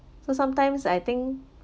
so sometimes I think